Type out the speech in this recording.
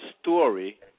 story